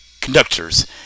conductors